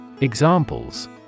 Examples